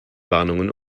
warnungen